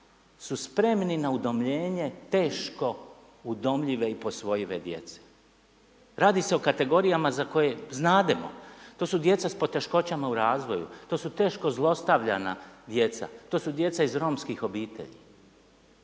su spremni na udomljenje teško udomljive i posvojive djece. Radi se o kategorijama za koje znademo, to su djeca sa poteškoćama u razvoju, to su teško zlostavljana djeca, to su djeca iz romskih obitelji